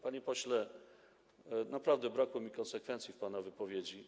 Panie pośle, naprawdę brakło mi konsekwencji w pana wypowiedzi.